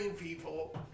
people